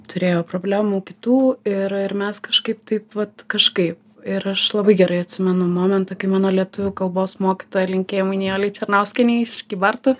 turėjo problemų kitų ir ir mes kažkaip taip vat kažkaip ir aš labai gerai atsimenu momentą kai mano lietuvių kalbos mokytoja linkėjimai nijolei černauskienei iš kybartų